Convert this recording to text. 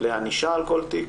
לענישה על כל תיק,